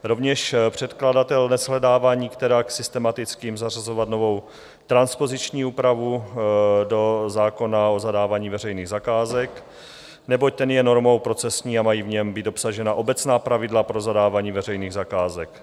Rovněž předkladatel neshledává nikterak systematickým zařazovat novou transpoziční úpravu do zákona o zadávání veřejných zakázek, neboť ten je normou procesní a mají v něm být obsažena obecná pravidla pro zadávání veřejných zakázek.